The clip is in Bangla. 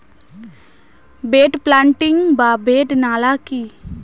বেড প্লান্টিং বা বেড নালা কি?